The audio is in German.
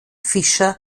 fischer